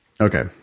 Okay